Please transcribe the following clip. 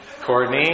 Courtney